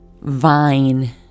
vine